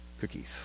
Cookies